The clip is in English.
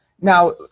Now